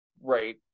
Right